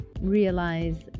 realize